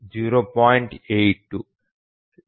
82